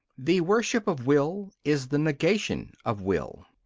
the worship of will is the negation of will.